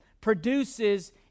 produces